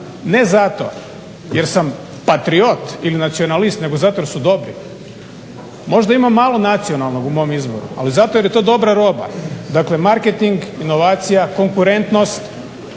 ne zato jer sam patriot ili nacionalist nego zato jer su dobri. Možda ima malo nacionalnog u mom izboru, ali zato jer je to dobra roba. Dakle, marketing, inovacija, konkurentnost